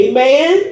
Amen